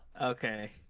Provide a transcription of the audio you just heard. Okay